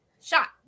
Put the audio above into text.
shot